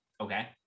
Okay